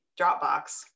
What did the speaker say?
Dropbox